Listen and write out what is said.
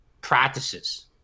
practices